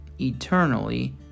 eternally